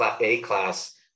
A-class